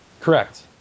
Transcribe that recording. Correct